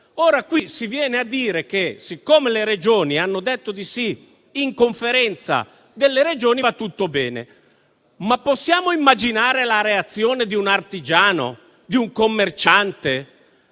Ora qui si viene a dire che, siccome le Regioni hanno detto di sì in Conferenza delle Regioni, va tutto bene. Ma possiamo immaginare la reazione di un artigiano, di un commerciante,